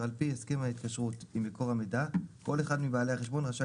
סעיף 42(א): "מקור מידע לא יאפשר